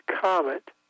Comet